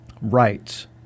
rights